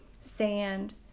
sand